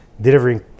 delivering